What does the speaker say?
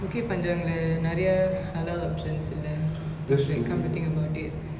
bukit panjang lah நெரய நாலாவது:neraya naalaavathu options இல்ல:illa like come to think about it